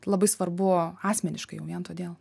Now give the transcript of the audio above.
labai svarbu asmeniškai jau vien todėl